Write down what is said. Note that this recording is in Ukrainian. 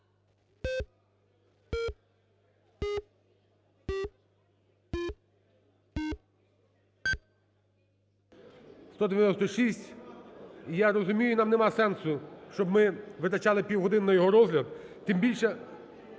І, я розумію, що нам немає сенсу, щоб ми витрачали півгодини на його розгляд, тим більше